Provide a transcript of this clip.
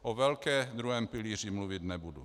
O velké, druhém pilíři, mluvit nebudu.